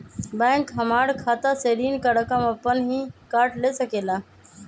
Bank हमार खाता से ऋण का रकम अपन हीं काट ले सकेला?